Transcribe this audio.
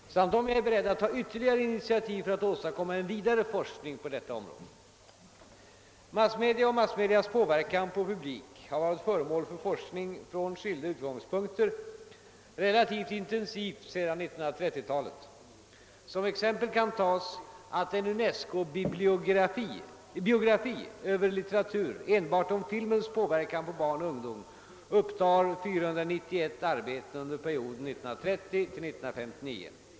Herr talman! Herr Westberg har frågat, om jag vill redogöra för omfattningen av den forskning som bedrivs i fråga om massmedias påverkan på människors beteenden och handlingsmönster och för de resultat denna forskning redovisat, samt om jag är beredd att ta ytterligare initiativ för att åstadkomma en vidare forskning på detta område. Massmedia och massmedias påverkan på publik har varit föremål för forskning från skilda utgångspunkter relativt intensivt sedan 1930-talet. Som exempel kan tas att en UNESCO-bibliografi över litteratur enbart om filmens påverkan på barn och ungdom upptar 491 arbeten under perioden 1930—1959.